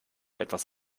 etwas